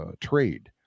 trade